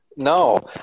No